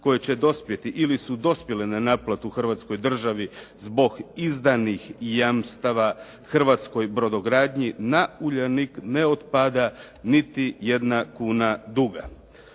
koje će dospjeti ili su dospjela na naplatu Hrvatskoj državi zbog izdanih jamstava hrvatskoj brodogradnji na "Uljanik" ne otpada niti jedna kuna duga.